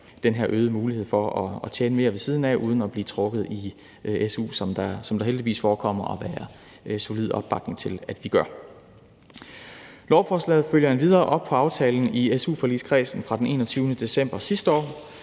den her øgede mulighed for at tjene mere ved siden af uden at blive trukket i su, og det forekommer der heldigvis at være solid opbakning til at vi indfører. Lovforslaget følger endvidere op på aftalen i su-forligskredsen fra den 21. december sidste år